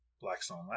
Blackstone